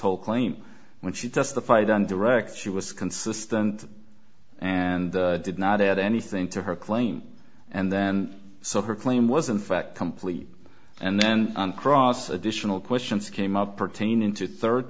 whole claim when she testified on direct she was consistent and did not add anything to her claim and then saw her claim was in fact complete and then on cross additional questions came up pertaining to third